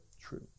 True